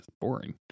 Boring